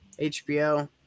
HBO